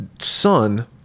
son